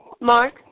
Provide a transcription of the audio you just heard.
Mark